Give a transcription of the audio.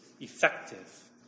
effective